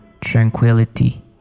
tranquility